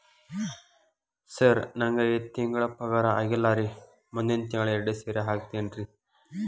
sir ನಂಗ ಈ ತಿಂಗಳು ಪಗಾರ ಆಗಿಲ್ಲಾರಿ ಮುಂದಿನ ತಿಂಗಳು ಎರಡು ಸೇರಿ ಹಾಕತೇನ್ರಿ